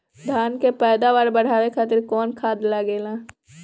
धान के पैदावार बढ़ावे खातिर कौन खाद लागेला?